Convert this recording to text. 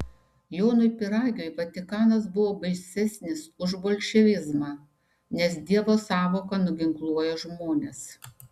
jonui pyragiui vatikanas buvo baisesnis už bolševizmą nes dievo sąvoka nuginkluoja žmones